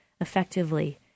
effectively